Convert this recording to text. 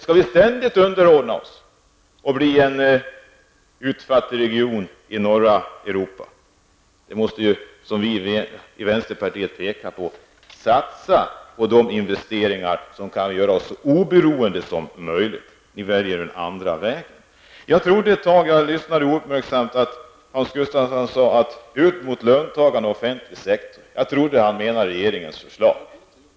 Skall vi ständigt underordna oss och bli en utfattig region i norra Europa? Vänsterpartiet menar att det skall satsas på investeringar som kan göra oss så oberoende som möjligt. Men nu väljs den andra vägen. Jag lyssnade uppmärksamt när Hans Gustafsson sade något om att gå ut mot löntagarna och den offentliga sektorn. Jag trodde han menade regeringens förslag.